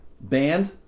Band